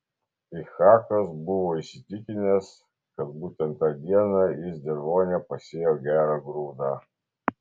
ichakas buvo įsitikinęs kad būtent tą dieną jis dirvone pasėjo gerą grūdą